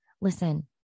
listen